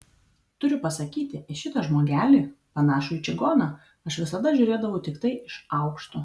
turiu pasakyti į šitą žmogelį panašų į čigoną aš visada žiūrėdavau tiktai iš aukšto